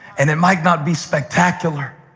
and it might not be spectacular,